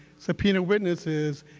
subpoena witnesses,